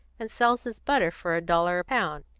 and sells his butter for a dollar pound.